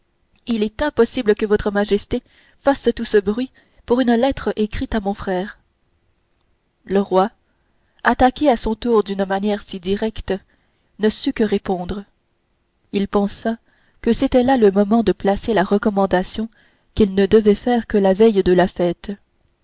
il est impossible que votre majesté fasse tout ce bruit pour une lettre écrite à mon frère le roi attaqué à son tour d'une manière si directe ne sut que répondre il pensa que c'était là le moment de placer la recommandation qu'il ne devait faire que la veille de la fête